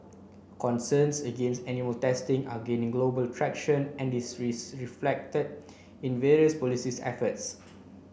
concerns against animal testing are gaining global traction and this is reflected in various policies efforts